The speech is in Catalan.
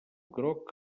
groc